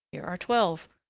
here are twelve,